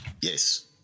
Yes